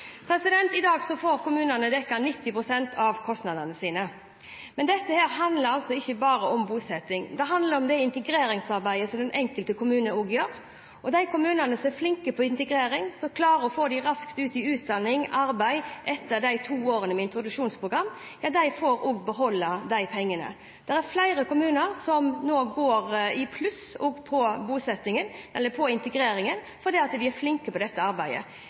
I dag får kommunene dekket 90 pst. av kostnadene sine. Men dette handler ikke bare om bosetting, det handler om det integreringsarbeidet som den enkelte kommune også gjør. De kommunene som er flinke på integrering, som klarer å få dem raskt ut i utdanning eller arbeid etter de to årene med introduksjonsprogram, får også beholde de pengene. Det er flere kommuner som nå går i pluss også på integreringen fordi de er flinke med dette arbeidet. Det er en innsats som vi er